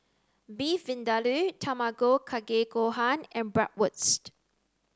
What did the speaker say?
Beef Vindaloo Tamago Kake Gohan and Bratwurst